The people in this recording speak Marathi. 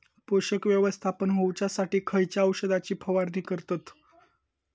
पोषक व्यवस्थापन होऊच्यासाठी खयच्या औषधाची फवारणी करतत?